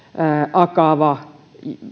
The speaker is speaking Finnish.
akava